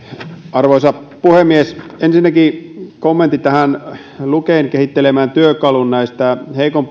arvoisa puhemies ensinnäkin kommentti liittyen tähän luken kehittelemään työkaluun näistä